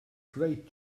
great